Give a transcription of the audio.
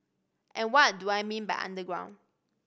and what do I mean by underground